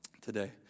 Today